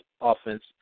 offense